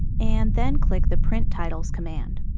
and then click the print titles command.